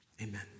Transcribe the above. amen